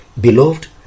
Beloved